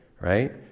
right